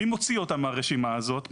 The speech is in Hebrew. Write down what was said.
מי מוציא אותם מהרשימה הזאת,